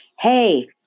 Hey